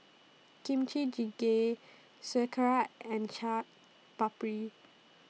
Kimchi Jjigae Sauerkraut and Chaat Papri